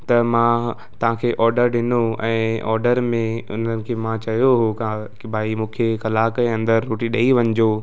त मां तव्हांखे ऑडर ॾिनो ऐं ऑडर में उन्हनि खे मां चयो हुयो का की भाई मूंखे कलाक जे अंदरि रोटी ॾेई वञिजो